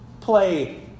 play